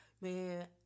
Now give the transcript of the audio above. man